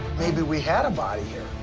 maybe we had a body here.